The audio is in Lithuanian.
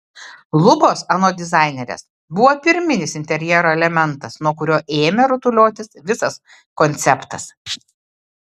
lubos anot dizainerės buvo pirminis interjero elementas nuo kurio ėmė rutuliotis visas konceptas